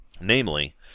Namely